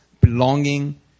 belonging